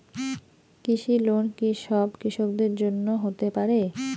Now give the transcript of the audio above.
কৃষি লোন কি সব কৃষকদের জন্য হতে পারে?